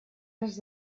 has